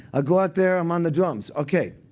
ah go out there. i'm on the drums ok.